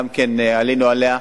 שגם כן עלינו עליה.